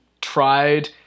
tried